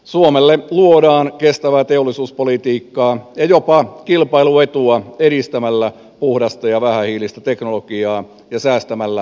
suomelle luodaan kestävää teollisuuspolitiikkaa ja jopa kilpailuetua edistämällä puhdasta ja vähähiilistä teknologiaa ja säästämällä energiaa